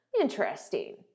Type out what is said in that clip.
Interesting